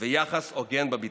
ויחס הוגן בביטחון.